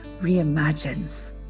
reimagines